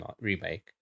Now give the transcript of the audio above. remake